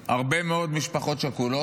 שמתארכת יותר משחשבנו פעם שמלחמות יכולות